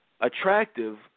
Attractive